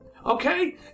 Okay